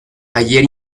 ayer